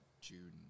June